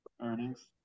earnings